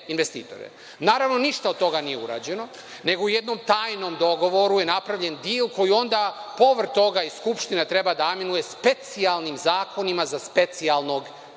Naravno, ništa od toga nije urađeno, nego u jednom tajnom dogovoru je napravljen dil, koji onda povrh toga i Skupština treba da aminuje specijalnim zakonima za specijalnog